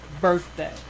birthday